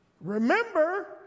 Remember